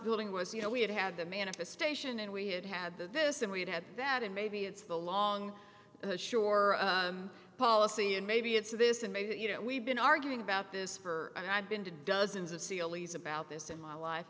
building was you know we had had the manifestation and we had have this and we've had that and maybe it's the long ashore policy and maybe it's this and maybe you know we've been arguing about this for and i've been to dozens of seeley's about this in my life